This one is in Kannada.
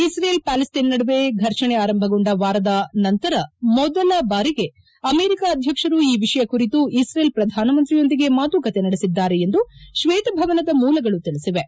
ಇಕ್ರೇಲ್ ಪ್ಯಾಲಿಸ್ಟೇನ್ ನಡುವೆ ಘರ್ಷಣೆ ಆರಂಭಗೊಂಡ ವಾರದ ನಂತರ ಮೊದಲ ಬಾರಿಗೆ ಅಮೆರಿಕ ಅಧ್ಯಕ್ಷರು ಈ ವಿಷಯ ಕುರಿತು ಇಕ್ರೇಲ್ ಪ್ರಧಾನಮಂತ್ರಿಯೊಂದಿಗೆ ಮಾತುಕತೆ ನಡೆಸಿದ್ದಾರೆ ಎಂದು ಕ್ಷೇತ ಭವನದ ಮೂಲಗಳು ತಿಳಿಸಿವೆ